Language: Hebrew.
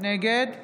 נגד